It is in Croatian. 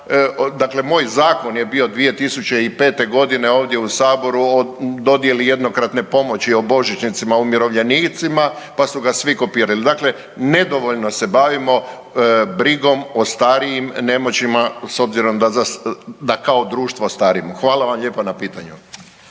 dakle moj zakon je bio 2005.g. ovdje u saboru o dodjeli jednokratne pomoći o božićnicama umirovljenicima pa su ga svi kopirali. Dakle, nedovoljno se bavimo brigom o starijim i nemoćnima s obzirom da kao društvo starimo. Hvala vam lijepa na pitanju.